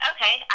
Okay